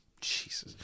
Jesus